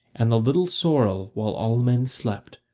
and the little sorrel, while all men slept,